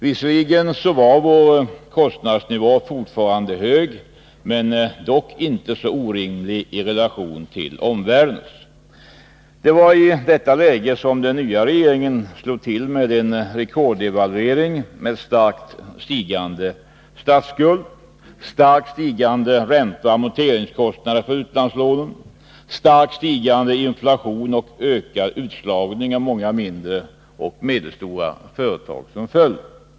Visserligen var vår kostnadsnivå fortfarande hög men dock inte så orimlig i relation till omvärldens. Det var i detta läge den nya regeringen slog till med en rekorddevalvering med starkt stigande statsskuld, starkt ökande ränteoch amorteringskostnader för utlandslånen, starkt växande inflation och ökad utslagning av många mindre och medelstora företag som följd.